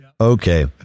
Okay